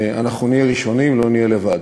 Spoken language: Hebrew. אנחנו נהיה ראשונים, לא נהיה לבד.